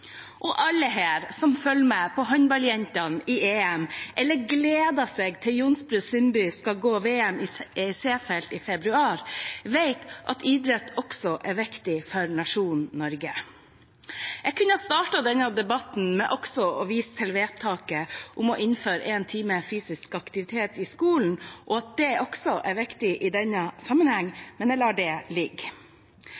lokalsamfunn. Alle som følger med på håndballjentene i EM, eller gleder seg til Johnsrud Sundby skal gå VM i Seefeld i februar, vet at idrett også er viktig for nasjonen Norge. Jeg kunne ha startet denne debatten med også å vise til vedtaket om å innføre én time fysisk aktivitet i skolen, og at det også er viktig i denne